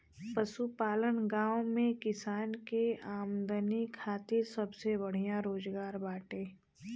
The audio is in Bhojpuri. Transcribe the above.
पशुपालन गांव में किसान के आमदनी खातिर सबसे बढ़िया रोजगार बाटे